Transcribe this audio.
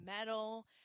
metal